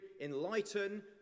enlighten